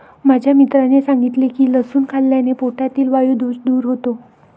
माझ्या मित्राने सांगितले की लसूण खाल्ल्याने पोटातील वायु दोष दूर होतो